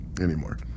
anymore